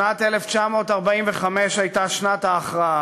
שנת 1945 הייתה שנת ההכרעה.